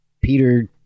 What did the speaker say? peter